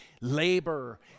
labor